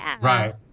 Right